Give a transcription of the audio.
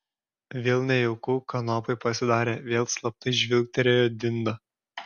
vėl nejauku kanopai pasidarė vėl slaptai žvilgterėjo dindą